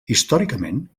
històricament